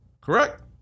Correct